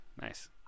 nice